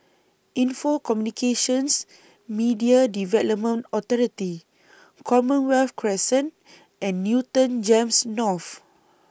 Info Communications Media Development Authority Commonwealth Crescent and Newton Gems North